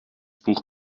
buch